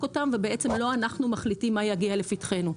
אותן ובעצם לא אנחנו מחליטים מה יגיע לפתחנו.